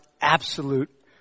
absolute